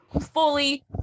fully